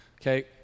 okay